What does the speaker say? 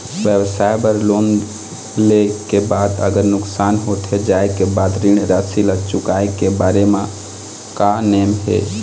व्यवसाय बर लोन ले के बाद अगर नुकसान होथे जाय के बाद ऋण राशि ला चुकाए के बारे म का नेम हे?